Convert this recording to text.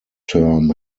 term